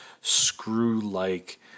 screw-like